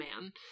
man